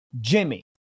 jimmy